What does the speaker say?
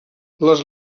les